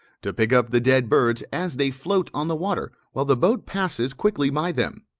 to pick up the dead birds as they float on the water, while the boat passes quickly by them.